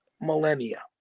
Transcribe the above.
millennia